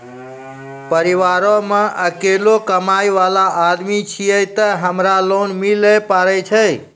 परिवारों मे अकेलो कमाई वाला आदमी छियै ते हमरा लोन मिले पारे छियै?